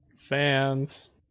fans